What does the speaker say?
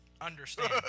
understand